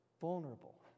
vulnerable